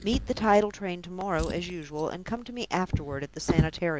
meet the tidal train to-morrow as usual, and come to me afterward at the sanitarium.